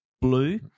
Blue